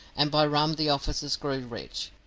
and by rum the officers grew rich.